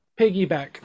piggyback